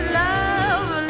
love